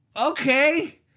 okay